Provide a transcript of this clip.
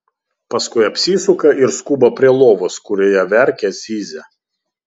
paskui apsisuka ir skuba prie lovos kurioje verkia zyzia